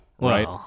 right